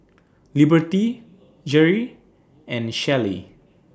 Liberty Jere and Shellie